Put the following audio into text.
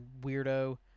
weirdo